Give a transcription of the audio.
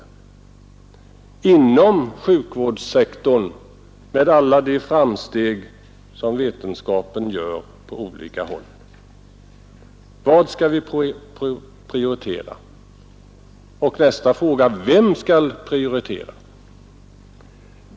Vad skall vi prioritera inom sjukvårdssektorn med alla de framsteg som vetenskapen gör på olika håll? Nästa fråga blir: Vem skall prioritera?